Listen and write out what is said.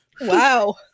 Wow